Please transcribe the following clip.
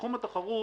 שבתחום התחרות,